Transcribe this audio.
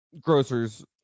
grocers